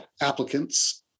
applicants